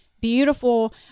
beautiful